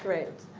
great.